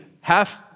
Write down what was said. half